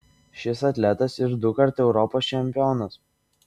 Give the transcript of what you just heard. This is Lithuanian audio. šis atletas ir dukart europos čempionas